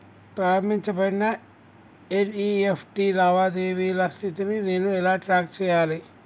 ప్రారంభించబడిన ఎన్.ఇ.ఎఫ్.టి లావాదేవీల స్థితిని నేను ఎలా ట్రాక్ చేయాలి?